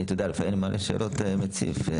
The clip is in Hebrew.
לפעמים אני מציף שאלות מלמעלה.